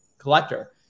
collector